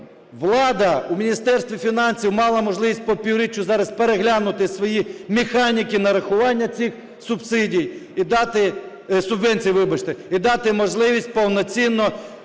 влада в Міністерстві фінансів мала можливість по півріччю зараз переглянути свої механіки нарахування цих субсидій і дати… субвенцій,